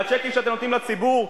והצ'קים שאתם נותנים לציבור,